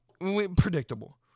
Predictable